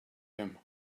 him